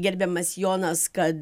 gerbiamas jonas kad